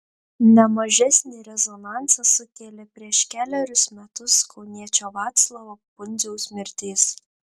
ne mažesnį rezonansą sukėlė prieš kelerius metus kauniečio vaclovo pundziaus mirtis